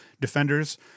defenders